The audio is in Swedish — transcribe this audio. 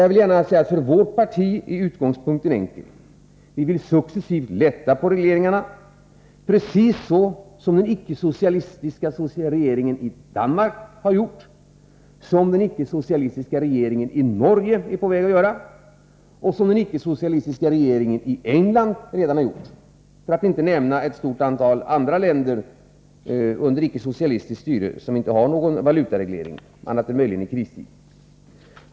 Jag vill gärna säga att för vårt parti är utgångspunkten enkel: Vi vill successivt lätta på regleringarna, precis så som den icke 81 socialistiska regeringen i Danmark har gjort, som den icke-socialistiska regeringen i Norge är på väg att göra och som den icke-socialistiska regeringen i England redan har gjort — för att inte nämna ett stort antal andra länder under icke-socialistiskt styre som inte har någon valutareglering, annat än möjligen i kristid.